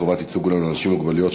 חובת ייצוג הולם לאנשים עם מוגבלויות),